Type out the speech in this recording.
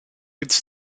its